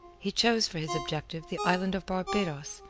he chose for his objective the island of barbados,